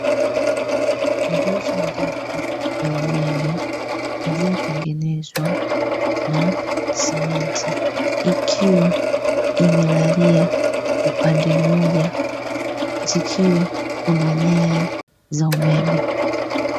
Nguzo ndefu ya umeme iliyotengenezwa na simenti ikiwa imelalia upande mmoja, zikiwa kuna nyaya za umeme.